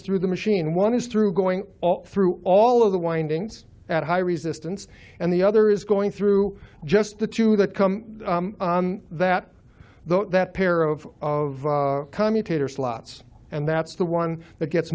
through the machine one is through going through all of the windings at high resistance and the other is going through just the two that come that the that pair of commutator slots and that's the one that gets